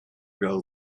grow